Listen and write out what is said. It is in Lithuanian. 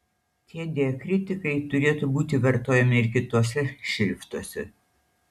tie diakritikai turėtų būti vartojami ir kituose šriftuose